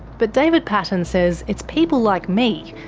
but david paton says it's people like me,